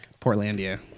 Portlandia